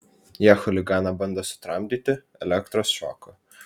jie chuliganą bando sutramdyti elektros šoku